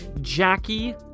Jackie